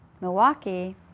Milwaukee